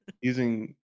using